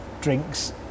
drinks